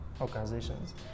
organizations